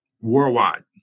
worldwide